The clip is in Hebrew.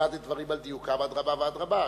העמדת דברים על דיוקם, אדרבה ואדרבה.